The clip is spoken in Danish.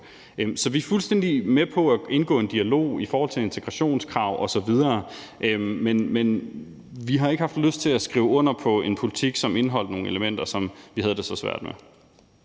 Så vi er fuldstændig med på at indgå i en dialog i forhold til integrationskrav osv., men vi har ikke haft lyst til at skrive under på en politik, som indeholdt nogle elementer, som vi havde det så svært med.